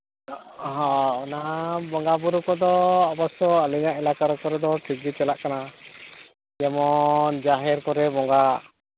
ᱦᱚᱸ ᱚᱱᱟ ᱵᱚᱸᱜᱟ ᱵᱩᱨᱩ ᱠᱚᱫᱚ ᱚᱵᱚᱥᱥᱚ ᱟᱞᱮᱭᱟᱜ ᱮᱞᱟᱠᱟ ᱠᱚᱨᱮᱫᱚ ᱴᱷᱤᱠ ᱜᱮ ᱪᱟᱞᱟᱜ ᱠᱟᱱᱟ ᱡᱮᱢᱚᱱ ᱡᱟᱦᱮᱨ ᱠᱚᱨᱮ ᱵᱚᱸᱜᱟᱜ